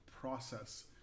process